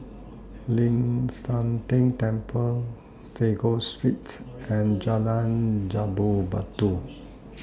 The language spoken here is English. Ling San Teng Temple Sago Street and Jalan Jambu Batu